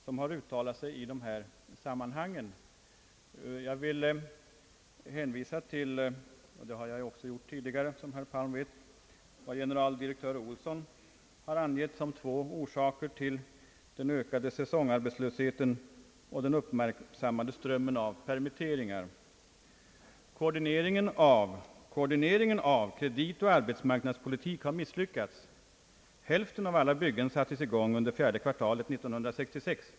Jag har också tidigare, såsom herr Palm vet, hänvisat till de av generaldirektör Bertil Olsson angivna två orsakerna till den ökade säsongarbetslösheten och den uppmärksammade strömmen av permitteringar: »Koordineringen av kreditoch arbetsmarknadspolitik har misslyckats. Hälften av alla byggen sattes i gång under fjärde kvartalet 1966.